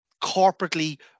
corporately